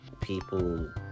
people